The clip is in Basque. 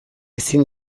ezin